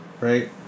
right